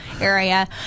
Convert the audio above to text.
area